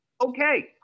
Okay